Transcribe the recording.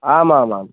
आमामाम्